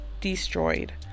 destroyed